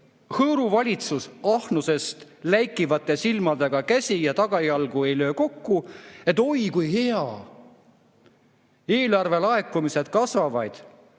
hõõru valitsus ahnusest läikivate silmadega käsi ega löö tagajalgu kokku, et oi kui hea, eelarvelaekumised kasvavad.